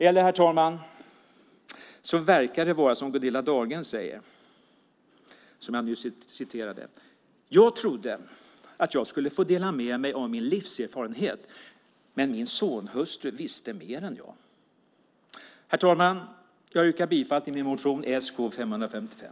Eller, herr talman, så verkar det vara som Gunilla Dahlgren säger och som jag nyss citerade: Jag trodde att jag skulle få dela med mig av min livserfarenhet, men min sonhustru visste mer än jag. Herr talman! Jag yrkar bifall till min motion Sk555.